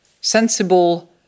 sensible